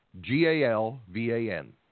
G-A-L-V-A-N